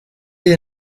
iyi